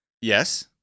Yes